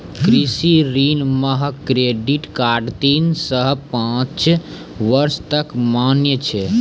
कृषि ऋण मह क्रेडित कार्ड तीन सह पाँच बर्ष तक मान्य छै